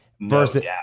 Versus